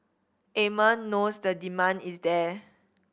Amer knows the demand is there